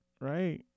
right